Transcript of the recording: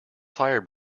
fire